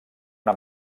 una